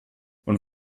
und